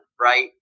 right